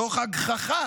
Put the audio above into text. תוך הגחכה